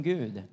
Gud